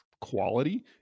quality